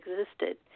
existed